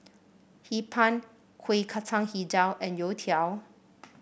Hee Pan Kuih Kacang hijau and youtiao